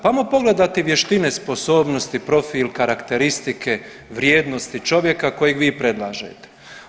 Pa hajmo pogledati vještine, sposobnosti, profil, karakteristike, vrijednosti čovjeka kojeg vi predlažete.